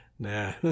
Nah